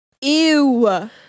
Ew